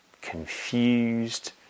confused